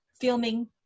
filming